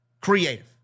creative